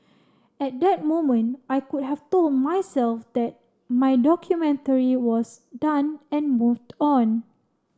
at that moment I could have told myself that my documentary was done and moved on